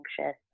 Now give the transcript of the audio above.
anxious